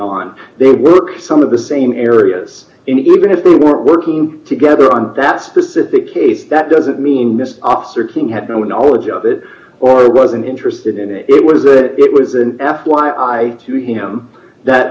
on they work some of the same areas and even if they weren't working together on that specific case that doesn't mean this officer team had no knowledge of it or wasn't interested in it was that it was an f y i to him that